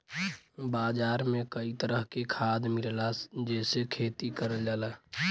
बाजार में कई तरह के खाद मिलला जेसे खेती करल जाला